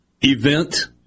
event